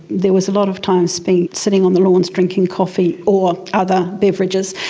there was a lot of time spent sitting on the lawns drinking coffee or other beverages,